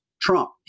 Trump